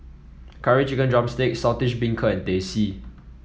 Curry Chicken drumstick Saltish Beancurd and Teh C